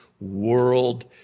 world